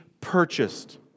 purchased